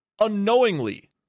unknowingly